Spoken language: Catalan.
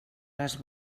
les